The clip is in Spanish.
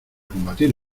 combatir